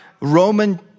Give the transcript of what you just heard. Roman